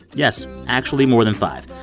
yes. actually, more than five.